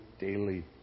daily